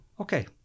okay